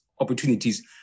Opportunities